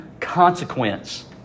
consequence